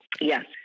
Yes